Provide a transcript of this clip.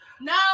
no